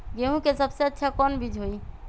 गेंहू के सबसे अच्छा कौन बीज होई?